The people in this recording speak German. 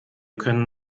können